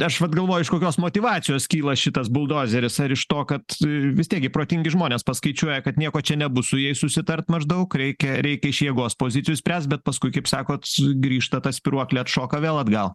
tai aš vat galvoju iš kokios motyvacijos kyla šitas buldozeris ar iš to kad vis tiek gi protingi žmonės paskaičiuoja kad nieko čia nebus su jais susitart maždaug reikia reikia iš jėgos pozicijų spręst bet paskui kaip sakot s grįžta ta spyruoklė atšoka vėl atgal